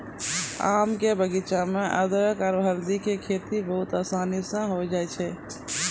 आम के बगीचा मॅ अदरख आरो हल्दी के खेती बहुत आसानी स होय जाय छै